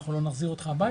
ואנחנו לא נחזיר אותך הביתה.